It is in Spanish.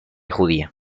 judía